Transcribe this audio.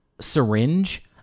syringe